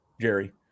Jerry